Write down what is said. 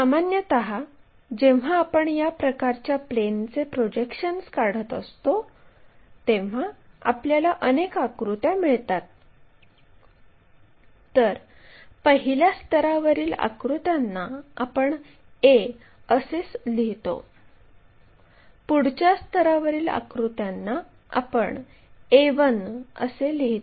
सामान्यत जेव्हा आपण या प्रकारच्या प्लेनचे प्रोजेक्शन्स काढत असतो तेव्हा आपल्याला अनेक आकृत्या मिळतात तर पहिल्या स्तरावरील आकृत्यांना आपण a असे लिहितो पुढच्या स्तरावरील आकृत्यांना आपण a1 असे लिहितो